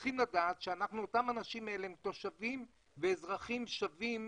צריך לדעת שהאנשים האלה הם תושבים ואזרחים שווים.